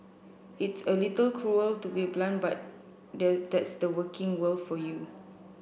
it's a little cruel to be blunt but that's the working world for you